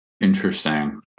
Interesting